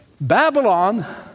Babylon